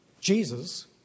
Jesus